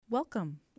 Welcome